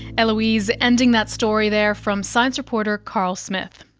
eloise ending that story there from science reporter carl smith.